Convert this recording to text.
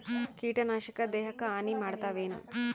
ಕೀಟನಾಶಕ ದೇಹಕ್ಕ ಹಾನಿ ಮಾಡತವೇನು?